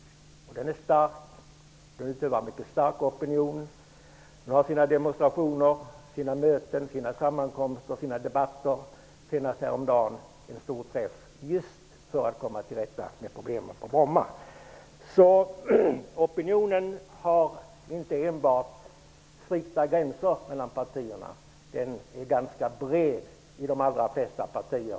Den uttrycker en mycket stark opinion och genomför möten, sammankomster, debatter och demonstrationer. Senast häromdagen hade man en stor träff just för att komma till rätta med problemen på Bromma. Opinionen är alltså inte begränsad inom strikta partiramar utan är ganska bred i de allra flesta partier.